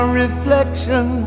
reflection